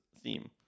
theme